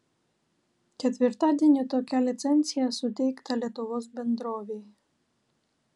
ketvirtadienį tokia licencija suteikta lietuvos bendrovei